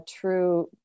true